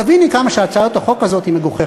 תביני כמה הצעת החוק הזאת היא מגוחכת.